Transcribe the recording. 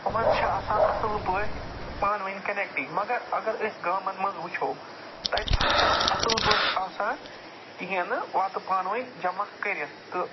یِمَن چھِ آسان اَصٕل پٲٹھۍ پانہٕ وٕنۍ کَنٮ۪کٹی مَگر اَگر أسۍ گامن منٛز وُچھو تَتہِ سا چھِنہٕ اَصٕل پٲٹھۍ آسان کِہیٖںٛی نہٕ وَتہٕ پانہٕ وٕنۍ جمع کٔرِتھ تہٕ